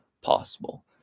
possible